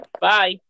Bye